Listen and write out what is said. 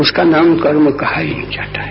उसका नाम कर्म का हो ही जाता है